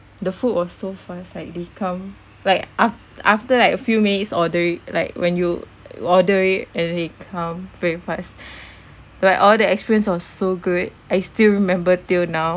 the food was so fast like they come like af~ after like a few minutes order it like when you order it and then they come very fast like all the experience was so good I still remembered till now